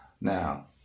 Now